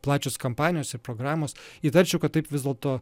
plačios kampanijos ir programos įtarčiau kad taip vis dėlto